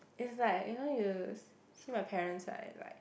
is like you know you s~ see my parents right like